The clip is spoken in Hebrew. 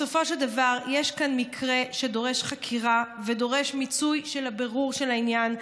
בסופו של דבר יש כאן מקרה שדורש חקירה ודורש מיצוי של הבירור של העניין.